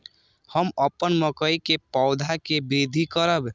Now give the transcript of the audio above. हम अपन मकई के पौधा के वृद्धि करब?